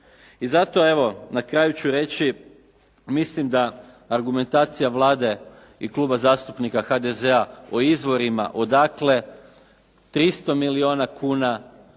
I zato evo, na kraju ću reći mislim da argumentacija Vlade i Kluba zastupnika HDZ-a o izvorima odakle 300 milijuna kuna